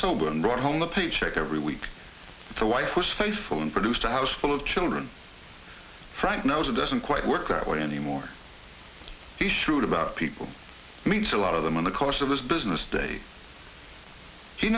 sober and brought home a paycheck every week to wife was faithful and produced a house full of children frank knows it doesn't quite work that way anymore he shoot about people meet a lot of them in the course of this business day he